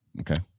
Okay